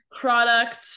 product